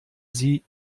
sie